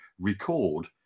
record